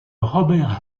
robert